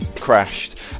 crashed